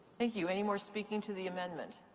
thank you. any more speaking to the amendment?